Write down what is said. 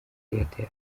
airtel